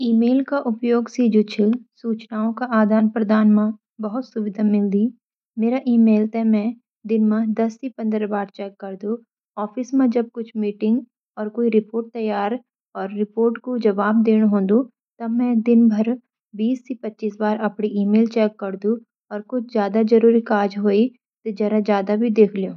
ईमेल का उपयोग सी जु छ सूचनाओं का आदान प्रदान मा बहुत सुविधा मिलदी। मेरा ईमेल त मैं दिन म दस सी पंद्रह बार चैक करदूं, ऑफिस मा जब कुछ मीटिंग, और कुई रिपोर्ट तैयार और रिपोर्ट कु जवाब देंन होंनंदू तब त मैं दिन भर बीस सी पच्चीस बार अपड़ी ईमेल चेक करदू और कुछ ज्यादा जरूरी काज हुई तो जरा जादा भी देख ल्यूँ।